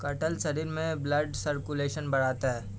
कटहल शरीर में ब्लड सर्कुलेशन बढ़ाता है